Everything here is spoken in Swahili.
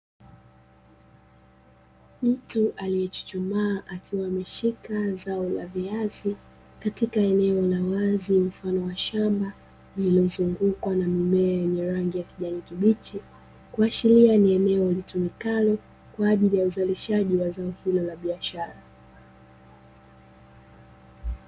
Mtu aliyechuchumaa, akiwa ameshika zao la viazi katika eneo la wazi mfano wa shamba lililozungukwa na mimea yenye rangi ya kijani kibichi, kuashiria ni eneo litumikalo kwa ajili ya uzalishaji wa zao hilo la biashara.